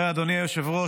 אדוני היושב-ראש,